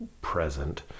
present